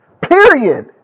Period